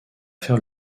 faire